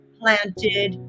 planted